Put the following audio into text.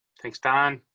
thanks, don.